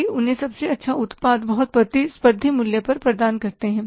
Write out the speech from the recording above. वे उन्हें सबसे अच्छा उत्पाद बहुत प्रतिस्पर्धी मूल्य पर प्रदान कर सकते हैं